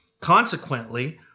Consequently